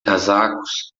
casacos